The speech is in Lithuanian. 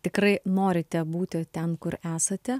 tikrai norite būti ten kur esate